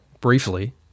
briefly